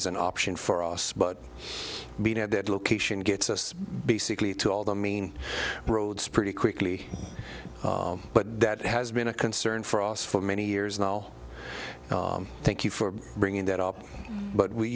is an option for us but being at that location gets us basically to all the main roads pretty quickly but that has been a concern for us for many years now thank you for bringing that up but